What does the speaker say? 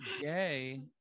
gay